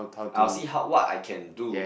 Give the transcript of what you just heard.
I'll see how what I can do